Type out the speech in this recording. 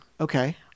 Okay